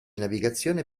navigazione